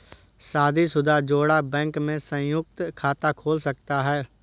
शादीशुदा जोड़ा बैंक में संयुक्त खाता खोल सकता है